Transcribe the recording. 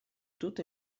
тут